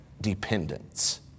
Dependence